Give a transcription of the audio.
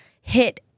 hit